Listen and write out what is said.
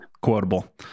quotable